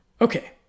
Okay